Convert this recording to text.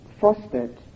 fostered